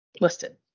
Listed